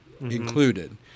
included